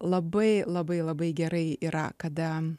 labai labai labai gerai yra kada